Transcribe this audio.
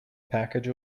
package